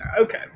Okay